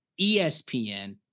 ESPN